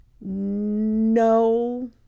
No